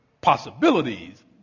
possibilities